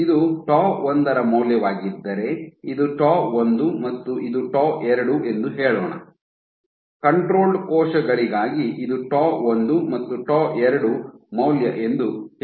ಇದು ಟೌ ಒಂದರ ಮೌಲ್ಯವಾಗಿದ್ದರೆ ಇದು ಟೌ ಒಂದು ಮತ್ತು ಇದು ಟೌ ಎರಡು ಎಂದು ಹೇಳೋಣ ಕಂಟ್ರೊಲ್ಡ್ ಕೋಶಗಳಿಗಾಗಿ ಇದು ಟೌ ಒಂದು ಮತ್ತು ಟೌ ಎರಡು ಮೌಲ್ಯ ಎಂದು ಹೇಳೋಣ